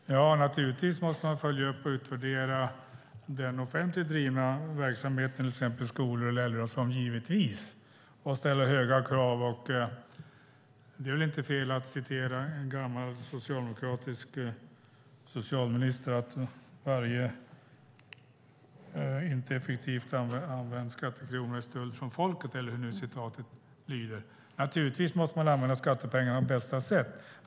Herr talman! Naturligtvis måste man följa upp och utvärdera den offentligt drivna verksamheten, till exempel skolor och äldreomsorg. Givetvis ska man ställa höga krav. Det är väl inte fel att citera en gammal socialdemokratisk socialminister som sade att varje inte effektivt använd skattekrona är en stöld från folket - eller hur det nu var. Naturligtvis måste man använda skattepengarna på bästa sätt.